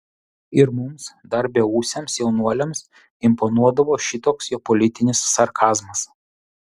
ir mums dar beūsiams jaunuoliams imponuodavo šitoks jo politinis sarkazmas